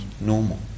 normal